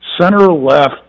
center-left